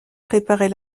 préparer